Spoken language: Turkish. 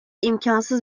imkansız